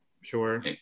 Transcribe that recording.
Sure